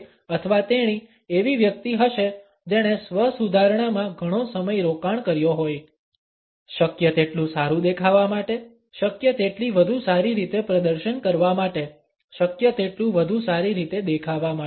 તે અથવા તેણી એવી વ્યક્તિ હશે જેણે સ્વ સુધારણામાં ઘણો સમય રોકાણ કર્યો હોય શક્ય તેટલું સારું દેખાવા માટે શક્ય તેટલી વધુ સારી રીતે પ્રદર્શન કરવા માટે શક્ય તેટલું વધુ સારી રીતે દેખાવા માટે